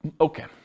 Okay